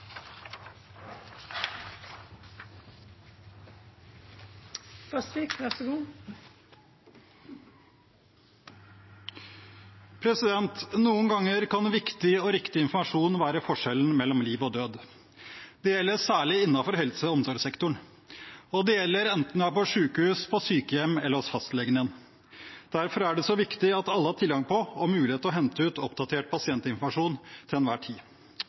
kan viktig og riktig informasjon være forskjellen mellom liv og død. Det gjelder særlig innenfor helse- og omsorgssektoren, og det gjelder enten man er på sykehus, på sykehjem eller hos fastlegen. Derfor er det så viktig at alle har tilgang på og mulighet til å hente ut oppdatert pasientinformasjon til enhver tid.